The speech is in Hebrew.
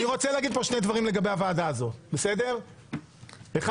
שני דברים לגבי הוועדה הזאת: אחת,